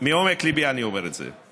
מעומק ליבי אני אמר את זה,